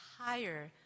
higher